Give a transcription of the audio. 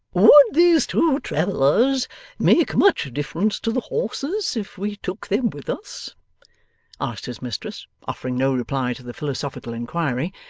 would these two travellers make much difference to the horses, if we took them with us asked his mistress, offering no reply to the philosophical inquiry,